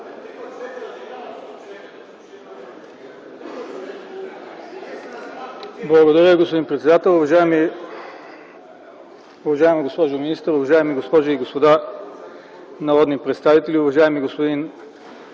Благодаря, господин председател. Уважаема госпожо министър, уважаеми госпожи и господа народни представители, уважаеми господин